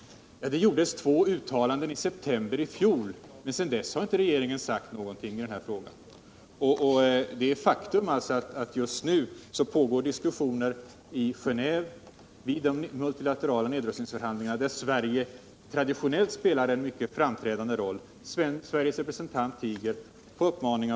Det gjordes två uttalanden i september i fjol, men sedan dess har regeringen inte sagt någonting i denna fråga.